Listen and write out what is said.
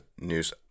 news